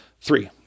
Three